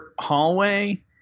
hallway